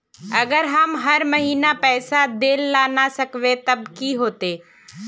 अगर हम हर महीना पैसा देल ला न सकवे तब की होते?